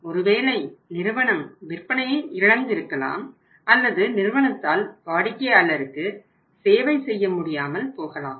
ஒருவேளை நிறுவனம் விற்பனையை இழந்திருக்கலாம் அல்லது நிறுவனத்தால் வாடிக்கையாளருக்கு சேவை செய்ய முடியாமல் போகலாம்